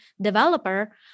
developer